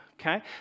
Okay